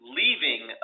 leaving